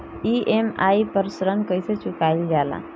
EMI पर ऋण कईसे चुकाईल जाला?